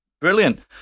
Brilliant